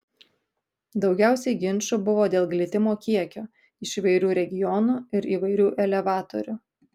daugiausiai ginčų buvo dėl glitimo kiekio iš įvairių regionų ir įvairių elevatorių